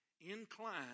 Incline